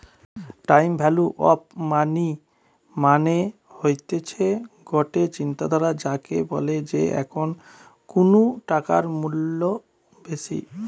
time value of money মানে হতিছে গটে চিন্তাধারা যাকে বলে যে এখন কুনু টাকার মূল্য বেশি